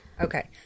Okay